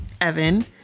Evan